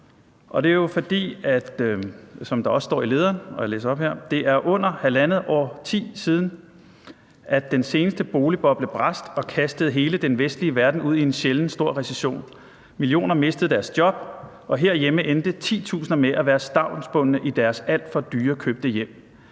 »Det er under halvandet årti siden, at den seneste boligboble brast og kastede hele den vestlige verden ud i en sjældent stor recession. Millioner mistede deres job, og herhjemme endte titusinder med at være stavnsbundne i deres alt for dyrekøbte hjem.